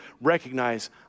recognize